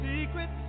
secrets